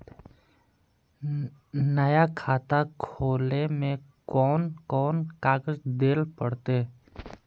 नया खाता खोले में कौन कौन कागज देल पड़ते?